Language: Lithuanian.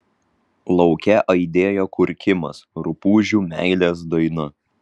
lauke aidėjo kurkimas rupūžių meilės daina